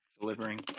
delivering